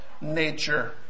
nature